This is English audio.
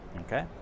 Okay